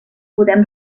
podem